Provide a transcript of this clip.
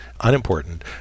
unimportant